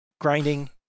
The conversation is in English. grinding